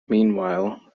meanwhile